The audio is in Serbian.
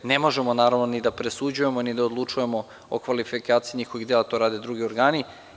Ne možemo, naravno, ni da presuđujemo, ni da odlučujemo o kvalifikaciji njihovih dela, to rade drugi organi.